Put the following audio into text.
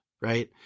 Right